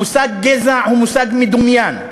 המושג גזע הוא מושג מדומיין,